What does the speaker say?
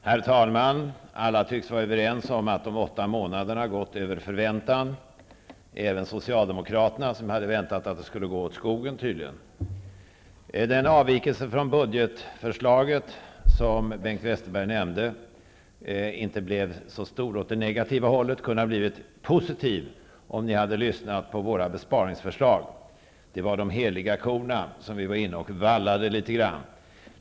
Herr talman! Alla tycks vara överens om att de här åtta månaderna har gått över förväntan, även Socialdemokraterna, som tydligen hade väntat att det skulle gå åt skogen. Den avvikelse från budgetförslaget som Bengt Westerberg nämnde inte blev så stor åt det negativa hållet kunde ha blivit positiv, om ni hade lyssnat på våra besparingsförslag. Det var de heliga korna som vi var och vallade litet grand.